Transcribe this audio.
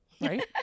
Right